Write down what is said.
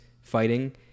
fighting